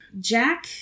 Jack